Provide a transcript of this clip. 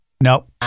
Nope